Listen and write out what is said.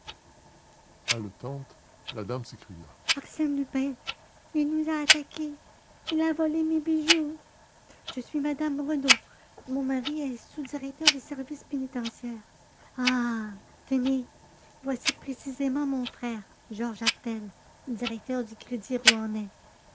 haletante la dame s'écria arsène lupin il nous a attaqués il a volé mes bijoux je suis madame renaud mon mari est sous-directeur des services pénitentiaires ah tenez voici précisément mon frère georges ardelle directeur du crédit rouennais